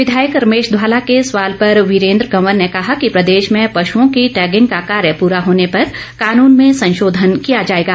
विधायक रमेश धवाला के सवाल पर वीरेंद्र कंवर ने कहा कि प्रदेश में पशुओं की टेगिंग का कार्य पूरा होने पर कानून में संशोधन किया जाएगा